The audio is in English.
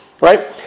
right